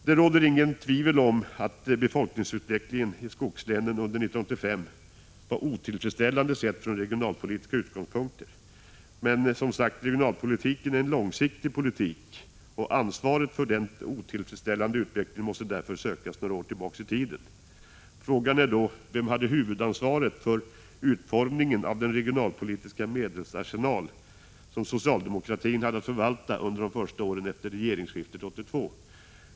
Det råder inget tvivel om att befolkningsutvecklingen i skogslänen under 1985 var otillfredsställande, sett från regionalpolitiska utgångspunkter. Men, som sagt, regionalpolitiken är en långsiktig politik, och ansvaret för den otillfredsställande utvecklingen måste därför sökas några år tillbaka i tiden. Frågan är då: Vem hade huvudansvaret för utformningen av den regionalpolitiska medelsarsenal som socialdemokratin hade att förvalta under de första åren efter regeringsskiftet 1982?